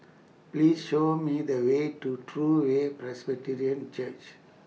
Please Show Me The Way to True Way Presbyterian Church